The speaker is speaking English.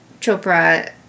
Chopra